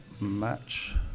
match